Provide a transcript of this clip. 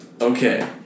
okay